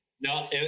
No